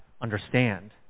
understand